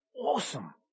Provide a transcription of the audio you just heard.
awesome